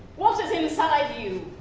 what is inside you?